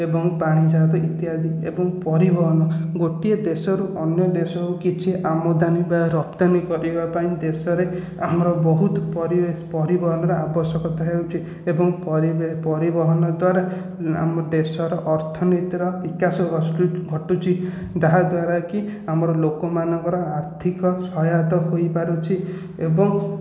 ଏବଂ ପାଣିଜାହାଜ ଇତ୍ୟାଦି ଏବଂ ପରିବହନ ଗୋଟିଏ ଦେଶରୁ ଅନ୍ୟ ଦେଶକୁ କିଛି ଆମଦାନୀ ବା ରପ୍ତାନି କରିବା ପାଇଁ ଦେଶରେ ଆମର ବହୁତ ପରିବହନର ଆବଶ୍ୟକତା ହେଉଛି ଏବଂ ପରିବହନ ଦ୍ୱାରା ଆମ ଦେଶର ଅର୍ଥନୀତିର ବିକାଶ ଘଟୁଛି ଯାହାଦ୍ୱାରା କି ଆମର ଲୋକମାନଙ୍କ ଆର୍ଥିକ ସହାୟତା ହୋଇପାରୁଛି ଏବଂ